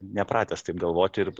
nepratęs taip galvoti ir